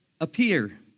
appear